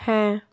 হ্যাঁ